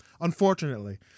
Unfortunately